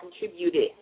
contributed